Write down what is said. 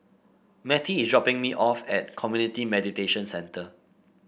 Mattie is dropping me off at Community Mediation Centre